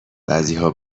بعضیها